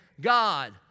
God